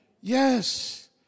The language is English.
Yes